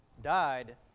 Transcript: died